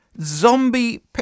zombie